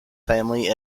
family